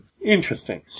Interesting